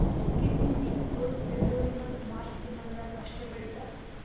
kidney beans ಗೊಳ್ February ಮತ್ತ March ತಿಂಗಿಳದಾಗ್ ಅಷ್ಟೆ ಬೆಳೀತಾರ್